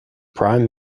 prime